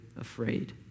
afraid